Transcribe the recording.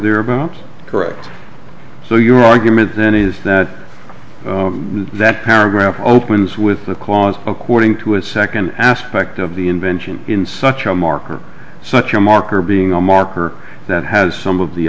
thereabouts correct so your argument then is that that pairing opens with the cause according to a second aspect of the invention in such a marker such a marker being a marker that has some of the